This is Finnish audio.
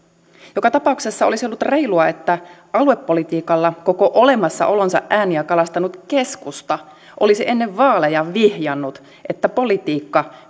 joka tapauksessa olisi ollut reilua että aluepolitiikalla koko olemassaolonsa ajan ääniä kalastanut keskusta olisi ennen vaaleja vihjannut että politiikka